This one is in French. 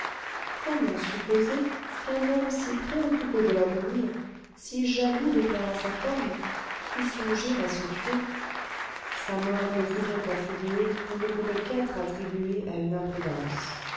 comment supposer qu'un homme si préoccupé de l'avenir si jaloux de plaire à sa femme pût songer à se tuer sa mort ne fut donc attribuée et ne pouvait qu'être attribuée à une imprudence